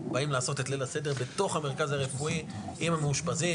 באים לעשות את ליל הסדר בתוך המרכז הרפואי עם המאושפזים,